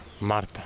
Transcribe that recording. Marta